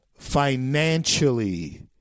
Financially